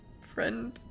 friend